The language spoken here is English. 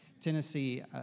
Tennessee